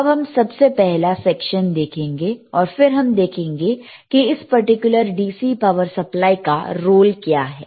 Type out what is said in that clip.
अब हम सबसे पहला सेक्शन देखेंगे और फिर हम देखेंगे की इस पर्टिकुलर DC पावर सप्लाई का रोल क्या है